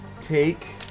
Take